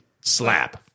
slap